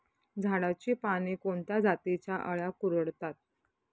झाडाची पाने कोणत्या जातीच्या अळ्या कुरडतात?